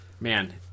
man